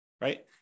right